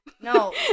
No